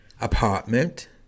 apartment